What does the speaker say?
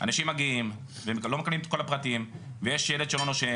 אנשים מגיעים ולא מקבלים את כל הפרטים ויש ילד שלא נושם